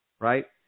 Right